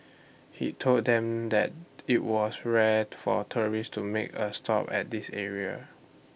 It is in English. he told them that IT was rare for tourists to make A stop at this area